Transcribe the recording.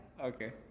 Okay